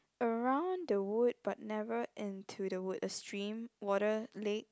around the wood but never into the wood a stream water lake